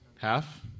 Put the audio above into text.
Half